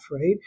right